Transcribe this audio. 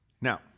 Now